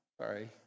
Sorry